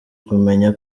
kumenya